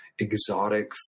exotic